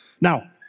Now